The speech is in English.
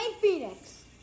Phoenix